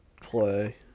play